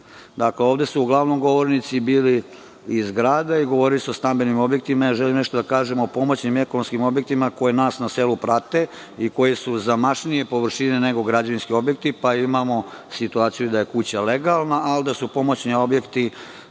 ovde su uglavnom govornici bili iz grada i govorili su o stambenim objektima. Ja želim nešto da kažem o pomoćnim i ekonomskim objektima koji nas na selu prate i koji su zamašnije površine nego građevinski objekti. Imamo situaciju da je kuća legalna, ali da su pomoćni objekti